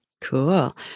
Cool